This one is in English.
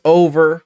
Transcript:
over